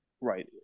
Right